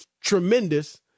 tremendous